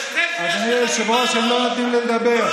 אדוני היושב-ראש, הם לא נותנים לי לדבר.